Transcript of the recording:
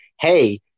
Hey